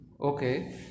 Okay